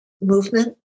movement